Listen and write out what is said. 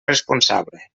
responsable